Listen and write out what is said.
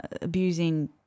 abusing